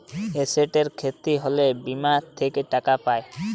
এসেটের খ্যতি হ্যলে বীমা থ্যাকে টাকা পাই